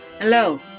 Hello